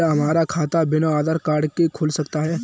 क्या हमारा खाता बिना आधार कार्ड के खुल सकता है?